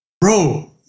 Bro